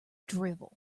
drivel